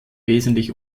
wesentlich